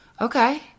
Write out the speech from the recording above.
okay